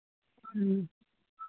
ह्म्म